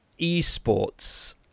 eSports